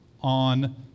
on